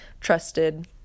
trusted